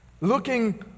looking